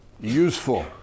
useful